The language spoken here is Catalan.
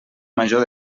major